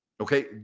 Okay